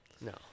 No